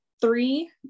three